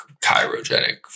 chirogenic